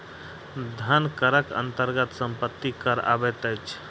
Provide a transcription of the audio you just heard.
धन करक अन्तर्गत सम्पत्ति कर अबैत अछि